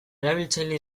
erabiltzaile